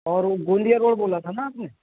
और वो गोंदिया रोड़ बोला था ना आपने